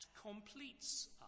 completes